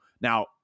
now